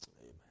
amen